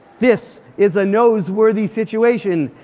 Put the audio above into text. this is a nose-worthy situation,